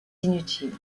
inutiles